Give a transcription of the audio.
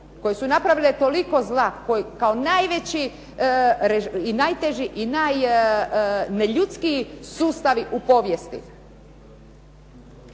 koje su napravile toliko koje kao najveći i najteži i najneljudskiji sustavi u povijesti,